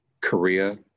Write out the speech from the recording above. Korea